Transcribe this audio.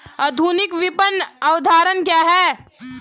आधुनिक विपणन अवधारणा क्या है?